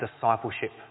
discipleship